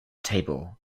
table